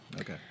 okay